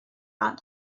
that